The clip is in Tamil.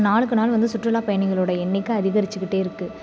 நாளுக்கு நாள் வந்து சுற்றுலா பயணிகளோடய எண்ணிக்கை அதிகரிச்சிக்கிட்டே இருக்குது